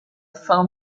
fin